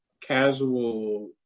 casual